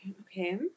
okay